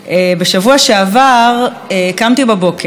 בשבוע שעבר, קמתי בבוקר,